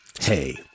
hey